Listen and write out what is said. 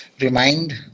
remind